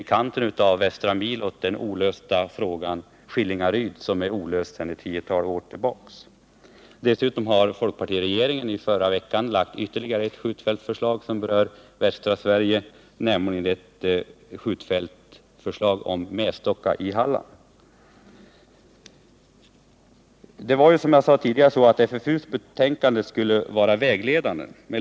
I kanten av västra milot ligger också Skillingaryd, där frågan om skjutfältet är olöst sedan ett tiotal år tillbaka. Dessutom har folkpartiregeringen förra veckan framlagt ytterligare ett skjutfältsförslag, som berör västra Sverige — det gäller Mestocka i Halland. Som jag tidigare sade skulle FFU:s betänkande vara vägledande.